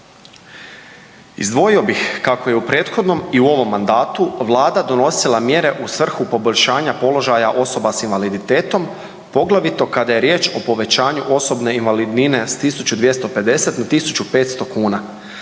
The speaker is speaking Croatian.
Izdvojio bih kako je u prethodnom i u ovom mandatu Vlada donosila mjere u svrhu poboljšanja položaja osoba s invaliditetom, poglavito kada je riječ o povećanju osobne invalidnine s 1.250 na 1.500 kuna,